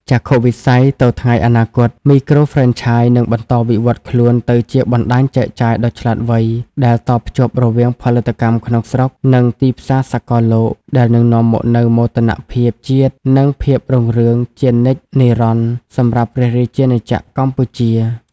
ចក្ខុវិស័យទៅថ្ងៃអនាគត មីក្រូហ្វ្រេនឆាយនឹងបន្តវិវត្តខ្លួនទៅជាបណ្តាញចែកចាយដ៏ឆ្លាតវៃ ដែលតភ្ជាប់រវាងផលិតកម្មក្នុងស្រុក និងទីផ្សារសកលលោក ដែលនឹងនាំមកនូវមោទនភាពជាតិ និងភាពរុងរឿងជានិច្ចនិរន្តរ៍សម្រាប់ព្រះរាជាណាចក្រកម្ពុជា។